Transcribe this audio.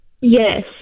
Yes